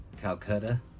Calcutta